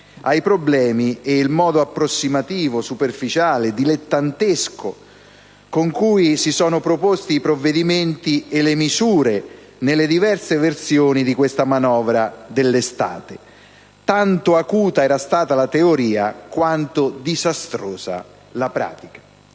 culturale) e il modo approssimativo, superficiale e dilettantesco con cui si sono proposti i provvedimenti e le misure nelle diverse versioni di questa manovra dell'estate. Tanto acuta era stata la teoria quanto disastrosa la pratica.